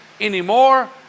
anymore